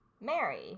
Mary